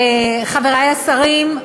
חברי השרים,